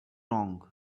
wrong